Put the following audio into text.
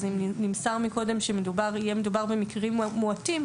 אז אם נמסר מקודם שיהיה מדובר במקרים מועטים,